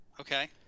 okay